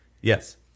Yes